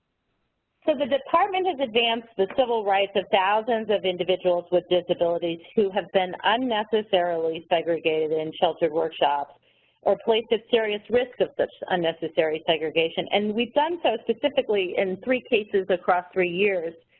so department has advanced the civil rights of thousands of individuals with disabilities who have been unnecessarily segregated in sheltered workshops or place a serious risk of such unnecessary segregation, and we've done so specifically in three cases across three years.